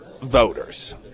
voters